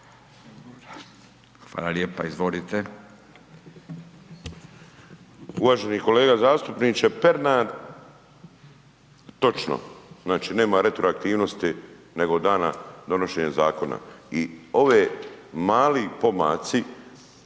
**Bulj, Miro (MOST)** Uvaženi kolega zastupniče Pernar, točno, znači nema retroaktivnosti nego dana donošenja zakona. I ovi mali pomaci